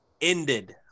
ended